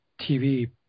TV